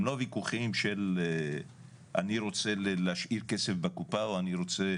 הם לא ויכוחים של אני רוצה להשאיר כסף בקופה או אני רוצה